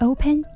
Open